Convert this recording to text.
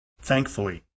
Thankfully